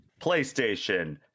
playstation